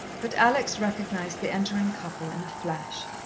but alex recognized the entering couple in a flash.